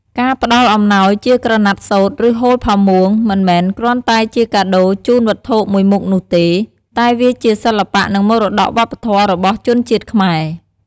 ការផ្តល់អំណោយជាក្រណាត់សូត្រ ឬហូលផាមួង មិនមែនគ្រាន់តែជាការជូនវត្ថុមួយមុខនោះទេ តែវាជាសិល្បៈ និងមរតកវប្បធម៌របស់ជនជាតិខ្មែរ។។